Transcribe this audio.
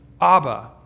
Abba